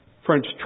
French